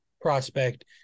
prospect